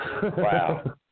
Wow